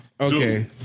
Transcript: Okay